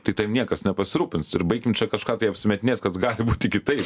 tai tavim niekas nepasirūpins ir baikim čia kažką tai apsimetinėt kad gali būti kitaip